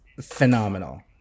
phenomenal